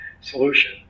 solution